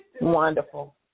Wonderful